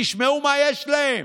תשמעו מה יש להם.